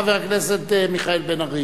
חבר הכנסת מיכאל בן-ארי.